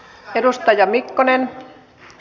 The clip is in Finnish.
että tällaistakin tapahtuu